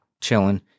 chilling